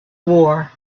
war